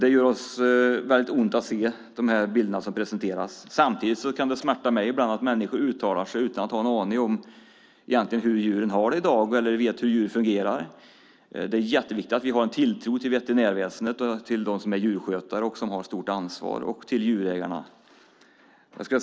Det gör oss väldigt ont att se de bilder som presenteras. Samtidigt kan det ibland smärta mig att människor uttalar sig utan att egentligen ha en aning om hur djuren har det i dag eller veta hur djur fungerar. Det är jätteviktigt att vi har en tilltro till veterinärväsendet, till dem som är djurskötare och har ett stort ansvar och till djurägarna.